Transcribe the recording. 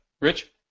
rich